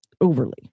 overly